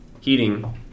heating